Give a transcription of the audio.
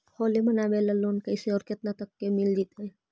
होली मनाबे ल लोन कैसे औ केतना तक के मिल जैतै?